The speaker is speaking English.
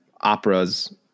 operas